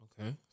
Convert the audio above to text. Okay